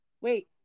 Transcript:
Wait